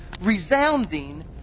resounding